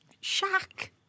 shack